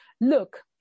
Look